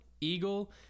Eagle